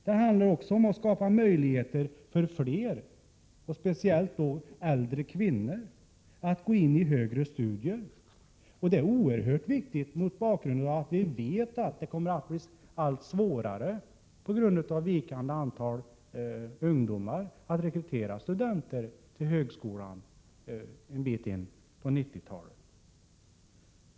Det handlar också om att skapa möjligheter för fler, framför allt äldre kvinnor, att gå in i högre studier. Det är oerhört viktigt, mot bakgrund av att vi vet att det kommer att bli allt svårare på grund av ett vikande antal ungdomar, att rekrytera studenter till högskolan en bit in på 90-talet.